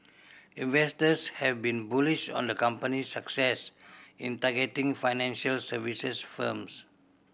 investors have been bullish on the company's success in targeting financial services firms